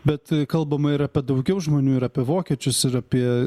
bet kalbama ir apie daugiau žmonių ir apie vokiečius ir apie